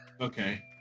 Okay